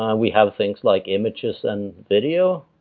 um we have things like images and video.